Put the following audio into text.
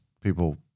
people